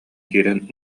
киирэн